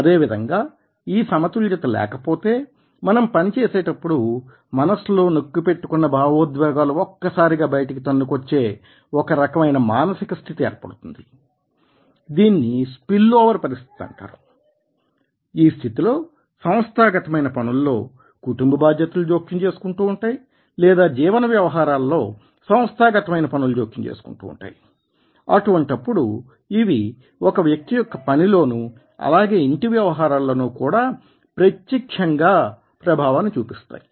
అదేవిధంగా ఈ సమతుల్యత లేకపోతే మనం పని చేసేటప్పుడు మనసులో నొక్కి పెట్టుకున్న భావోద్వేగాలు ఒక్కసారిగా బయటకి తన్నుకొచ్చే ఒక రకమైన మానసిక స్థితి ఏర్పడుతుంది దీనిని స్పిల్ ఓవర్ పరిస్థితి అంటారు ఈ స్థితిలో సంస్థాగతమైన పనులలో కుటుంబ బాధ్యతలు జోక్యం చేసుకుంటూ ఉంటాయి లేదా జీవన వ్యవహారాలలో సంస్థాగతమైన పనులు జోక్యం చేసుకుంటూ ఉంటాయి అటువంటప్పుడు ఇవి ఒక వ్యక్తి యొక్క పనిలోనూ అలాగే ఇంటి వ్యవహారాలలోనూ కూడా ప్రత్యక్షంగా ప్రభావాన్ని చూపిస్తాయి